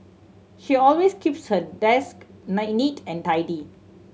she always keeps her desk neat and tidy